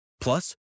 Plus